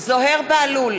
זוהיר בהלול,